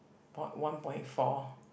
part one point four